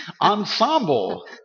ensemble